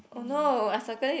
oh no I circle it